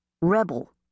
Rebel